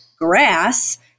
grass